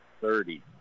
thirty